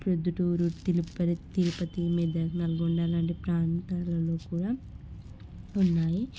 ప్రొద్దుటూరు తిరుపతి మెదక్ నల్గొండ లాంటి ప్రాంతాలలో కూడా ఉన్నాయి